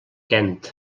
kent